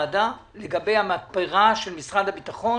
לגבי המתפרה של משרד הביטחון